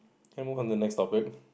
can I move on to the next topic